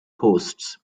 hosts